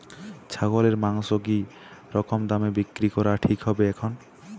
ছাগলের মাংস কী রকম দামে বিক্রি করা ঠিক হবে এখন?